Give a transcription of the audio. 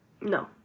No